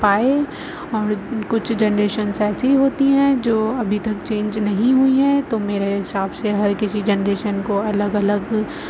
پائے اور کچھ جنریشنس ایسی ہوتی ہیں جو ابھی تک چینج نہیں ہوئی ہیں تو میرے حساب سے ہر کسی جنریشن کو الگ الگ